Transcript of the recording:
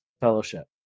fellowship